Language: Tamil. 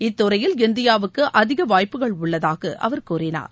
இத்துறையில் இந்தியாவுக்கு அதிக வாய்ப்புகள் உள்ளதாக அவர் கூறினார்